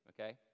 okay